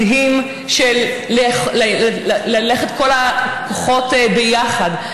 מדהים, ללכת כל הכוחות ביחד.